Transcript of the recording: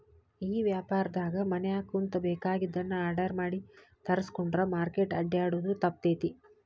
ಈ ವ್ಯಾಪಾರ್ದಾಗ ಮನ್ಯಾಗ ಕುಂತು ಬೆಕಾಗಿದ್ದನ್ನ ಆರ್ಡರ್ ಮಾಡಿ ತರ್ಸ್ಕೊಂಡ್ರ್ ಮಾರ್ಕೆಟ್ ಅಡ್ಡ್ಯಾಡೊದು ತಪ್ತೇತಿ